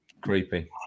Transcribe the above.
creepy